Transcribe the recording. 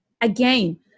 again